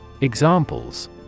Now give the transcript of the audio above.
Examples